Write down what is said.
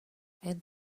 and